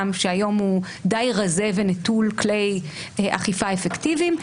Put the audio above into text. שהיום הוא די רזה ונטול כלי אכיפה אפקטיביים,